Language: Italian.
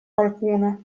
qualcuno